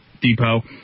Depot